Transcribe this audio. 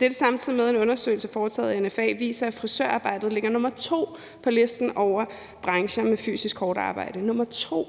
løft.Samtidig med det viser en undersøgelse foretaget af NFA, at frisørbranchen ligger nummer to på listen over brancher med fysisk hårdt arbejde – nummer to!